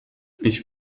ich